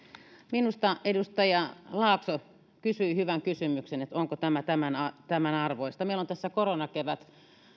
minusta edustaja laakso kysyi hyvän kysymyksen onko tämä tämänarvoista meillä on tässä koronakevät